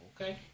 Okay